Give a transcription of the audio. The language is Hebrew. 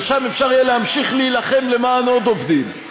ושם אפשר יהיה להמשיך להילחם למען עוד עובדים.